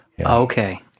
Okay